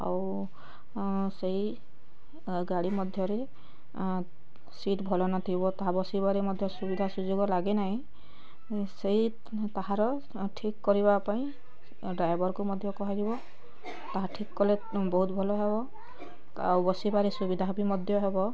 ଆଉ ସେଇ ଗାଡ଼ି ମଧ୍ୟରେ ସିଟ୍ ଭଲ ନ ଥିବ ତା ବସିବାରେ ମଧ୍ୟ ସୁବିଧା ସୁଯୋଗ ଲାଗେ ନାହିଁ ସେହି ତାହାର ଠିକ୍ କରିବା ପାଇଁ ଡ୍ରାଇଭରକୁ ମଧ୍ୟ କୁହାଯିବ ତାହା ଠିକ୍ କଲେ ବହୁତ ଭଲ ହେବ ଆଉ ବସିବାରେ ସୁବିଧା ବି ମଧ୍ୟ ହବ